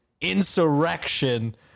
insurrection